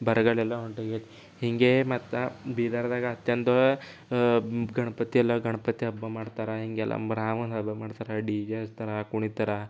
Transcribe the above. ಬರಗಾಲ ಎಲ್ಲ ಹೊಂಟೊಗೇತಿ ಹಿಂಗೆ ಮತ್ತ ಬೀದರ್ದಾಗ ಅತ್ಯಂತ ಗಣಪತಿ ಎಲ್ಲ ಗಣಪತಿ ಹಬ್ಬ ಮಾಡ್ತಾರಾ ಹಿಂಗೆಲ್ಲ ರಾಮನ ಹಬ್ಬ ಮಾಡ್ತರಾ ಡಿ ಜೆ ಹಚ್ತಾರ ಕುಣೀತಾರಾ